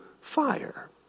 fire